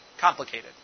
complicated